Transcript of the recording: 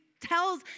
tells